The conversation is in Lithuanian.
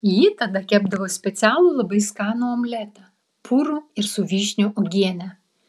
ji tada kepdavo specialų labai skanų omletą purų ir su vyšnių uogiene